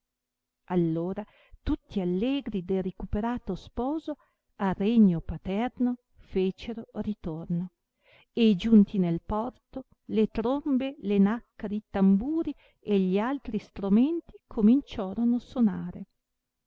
allora tutti allegri del ricuperato sposo al regno paterno fecero ritorno e giunti nel porto le trombe le naccare i tamburi e gli altri stromenti cominciorono sonare